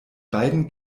beiden